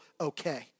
okay